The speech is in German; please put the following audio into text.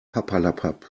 papperlapapp